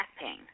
pain